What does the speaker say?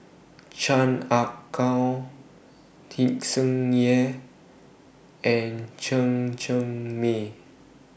Chan Ah Kow Tsung Yeh and Chen Cheng Mei